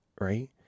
Right